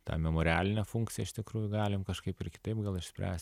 tą memorialinę funkciją iš tikrųjų galim kažkaip kitaip gal išspręst